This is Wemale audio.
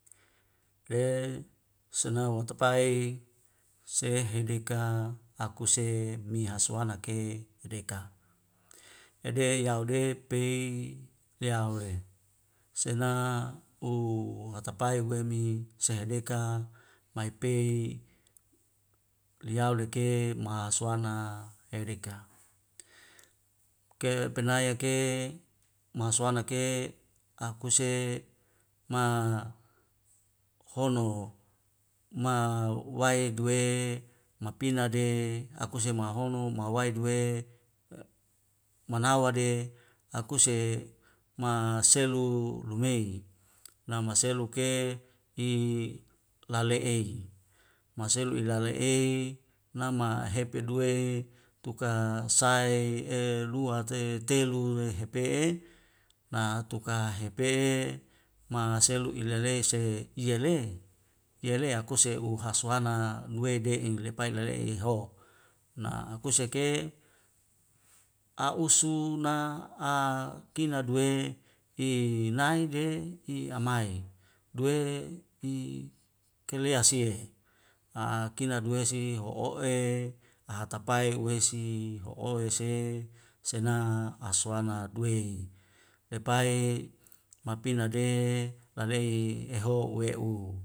E sena watapai sehedeka akuse mihaswana ke edeka. yade yaude pei leaure sena ooo atapai we mi sehleka maipei liauleke ma'aswana heurika. kewe penaya ke masawana ke akuse ma hono ma wae duwe ma pina de akuse mahono mahwae due e' manawa de akuse ma selu lumei namaselu ke i lale'ei maselu ilala'ei nama hepiduwei tuka sai e lua te telu rehepe'e na tuka hepeye ma selu' ilelei se iyale iyale akuse u uhaswana nuwei' de'in lepay nare'in i ho na kuse ke a'u suna a kina duwe i nae de i amai. duwe i keleasie e a kinar duwesi ho'o o we ahatapae uweisi ho'o we se sena aswana duwe lepai mapina nade lalei eho uwei uru'